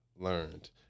learned